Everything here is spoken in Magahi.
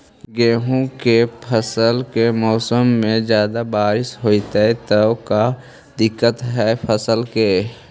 गेहुआ के फसल के मौसम में ज्यादा बारिश होतई त का दिक्कत हैं फसल के?